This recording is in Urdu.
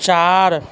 چار